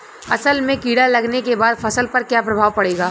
असल में कीड़ा लगने के बाद फसल पर क्या प्रभाव पड़ेगा?